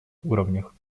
уровнях